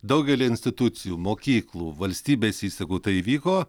daugely institucijų mokyklų valstybės įstaigų tai įvyko